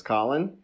Colin